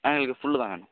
ஆ எங்களுக்கு ஃபுல்லு தாங்க